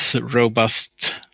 robust